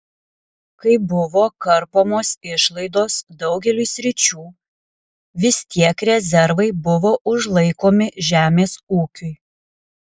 kai buvo karpomos išlaidos daugeliui sričių vis tiek rezervai buvo užlaikomi žemės ūkiui